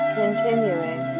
continuing